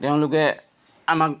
তেওঁলোকে আমাক